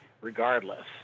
regardless